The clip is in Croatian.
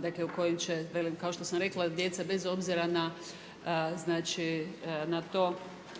dakle u kojem će velim kao što sam rekla djeca bez obzira na,